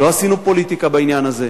לא עשינו פוליטיקה בעניין הזה.